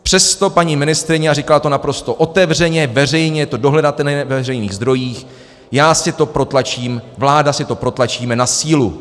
Přesto paní ministryně, a říkala to naprosto otevřeně, veřejně, je to dohledatelné ve veřejných zdrojích, já si to protlačím, vláda si to protlačí na sílu.